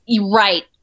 Right